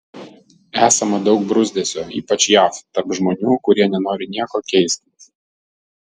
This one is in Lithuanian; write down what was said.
esama daug bruzdesio ypač jav tarp žmonių kurie nenori nieko keisti